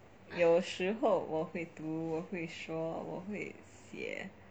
有时候我会读我会说我会写